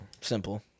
Simple